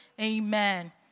Amen